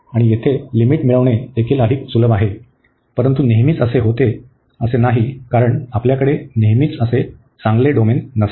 आणि येथे लिमिट मिळविणे देखील अधिक सुलभ आहे परंतु नेहमीच असे होत नाही कारण आपल्याकडे नेहमी असे चांगले डोमेन नसते